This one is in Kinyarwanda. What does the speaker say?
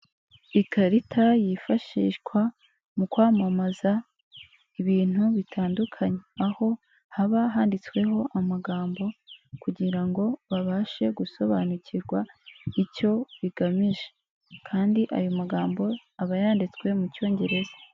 Ikarita yifashishwa mu kwamamaza ibintu bitandukanye, aho haba handitsweho amagambo kugira ngo babashe gusobanukirwa icyo bigamije, kandi ayo magambo aba yanditswe mu cyongereza.